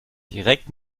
direkt